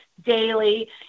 daily